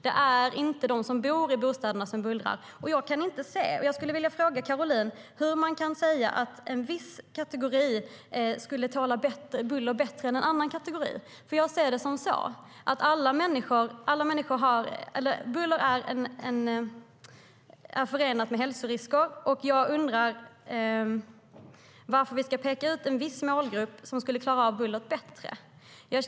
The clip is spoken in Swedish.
Det är inte de som bor i bostäderna som bullrar. Jag skulle vilja fråga Caroline hur man kan säga att en viss kategori klarar buller bättre än en annan kategori. Buller är förenat med hälsorisker, och jag undrar varför vi ska peka ut en viss målgrupp som skulle klara av bullret bättre.